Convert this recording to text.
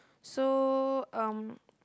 so um